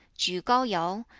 ju gao tao,